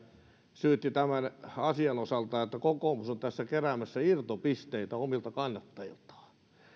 syyttivät tämän asian osalta että kokoomus on tässä keräämässä irtopisteitä omilta kannattajiltaan